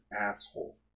asshole